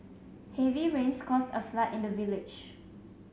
heavy rains caused a flood in the village